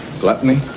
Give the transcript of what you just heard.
Gluttony